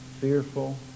fearful